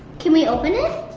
can we open it?